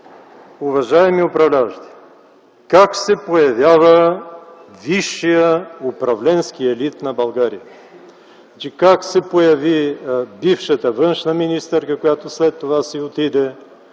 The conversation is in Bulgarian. Уважаеми управляващи, как се появява бившият управленски елит на България? Как се появи бившата външна министърка, която след това си отиде,